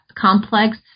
complex